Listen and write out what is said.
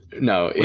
no